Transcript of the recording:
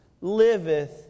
liveth